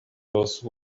those